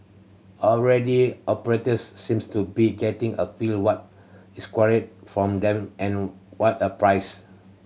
already operators seems to be getting a feel what is required from them and what a price